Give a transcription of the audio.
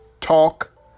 talk